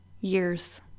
years